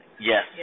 yes